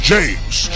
James